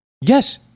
Yes